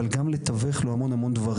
אבל גם לתווך לו המון דברים.